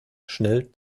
schnell